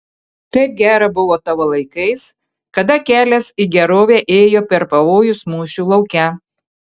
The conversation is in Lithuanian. kaip gera buvo tavo laikais kada kelias į gerovę ėjo per pavojus mūšio lauke